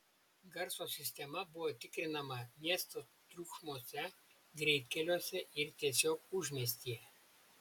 garso sistema buvo tikrinama miesto triukšmuose greitkeliuose ir tiesiog užmiestyje